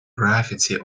graffiti